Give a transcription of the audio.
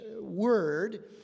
word